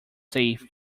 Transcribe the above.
safe